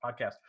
podcast